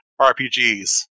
RPGs